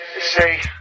say